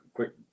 quick